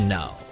now